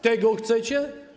Tego chcecie?